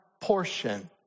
portion